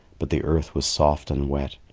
but the earth was soft and wet,